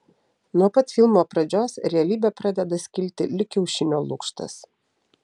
nuo pat filmo pradžios realybė pradeda skilti lyg kiaušinio lukštas